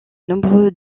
nombreux